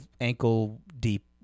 ankle-deep